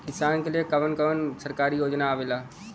किसान के लिए कवन कवन सरकारी योजना आवेला?